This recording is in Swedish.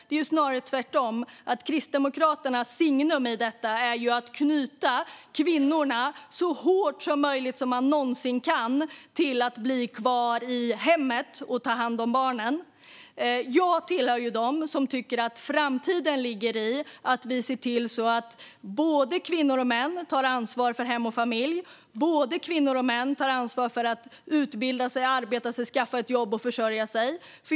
Det är snarare tvärtom: Kristdemokraternas signum är att knyta kvinnorna så hårt man någonsin kan till att bli kvar i hemmet och ta hand om barnen. Jag tillhör dem som tycker att framtiden ligger i att vi ser till att både kvinnor och män tar ansvar för hem och familj och att både kvinnor och män tar ansvar för att utbilda sig, skaffa ett jobb och försörja sig.